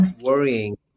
worrying